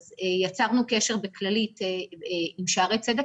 אז יצרנו קשר בכללית עם בית החולים שערי צדק